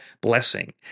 blessing